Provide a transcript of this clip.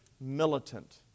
militant